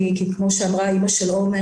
כי כמו שאמרה אימא של עומר,